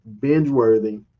binge-worthy